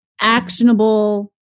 actionable